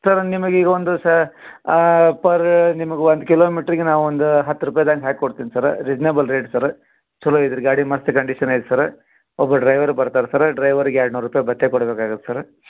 sir ನಿಮಗೆ ಈಗ ಒಂದು ಸ ಪರ್ರ ನಿಮ್ಗೊಂದು ಕಿಲೋಮೀಟ್ರಿಗೆ ನಾವು ಒಂದು ಹತ್ತು ರೂಪಾಯ್ದಾಂಗ ಹಾಕಿ ಕೊಡ್ತೀನಿ ಸರ್ರ ರಿಸ್ನಬಲ್ ರೇಟ್ ಸರ್ ಚಲೋ ಇದ್ರ ಗಾಡಿ ಮಸ್ತ್ ಕಂಡಿಷನ್ ಐತೆ ಸರ ಒಬ್ಬ ಡ್ರೈವರ್ ಬರ್ತಾರೆ ಸರ ಡ್ರೈವರಿಗೆ ಎರಡು ನೂರು ರೂಪಾಯಿ ಭತ್ತೆ ಕೊಡ್ಬೇಕಾಗತ್ತೆ ಸರ